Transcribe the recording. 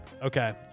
Okay